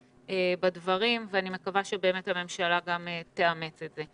בדברים ואני מקווה שהממשלה גם תאמץ את זה.